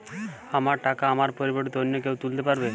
আমার টাকা আমার পরিবর্তে অন্য কেউ তুলতে পারবে?